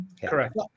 Correct